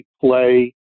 play